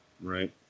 Right